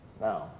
Now